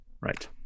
right